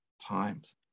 times